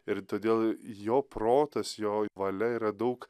ir todėl jo protas jo valia yra daug